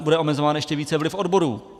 Bude omezován ještě víc vliv odborů.